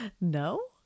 No